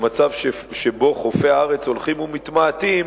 במצב שבו חופי הארץ הולכים ומתמעטים,